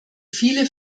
viele